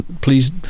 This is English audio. please